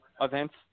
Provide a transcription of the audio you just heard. events